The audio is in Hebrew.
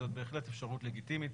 זאת בהחלט אפשרות לגיטימית,